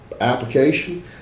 application